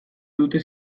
dute